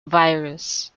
virus